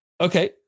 Okay